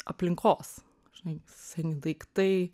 aplinkos žinai seni daiktai